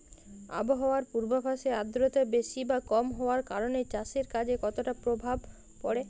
আবহাওয়ার পূর্বাভাসে আর্দ্রতা বেশি বা কম হওয়ার কারণে চাষের কাজে কতটা প্রভাব পড়ে?